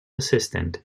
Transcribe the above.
assistant